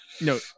No